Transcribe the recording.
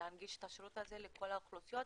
להנגיש את השירות הזה לכל האוכלוסיות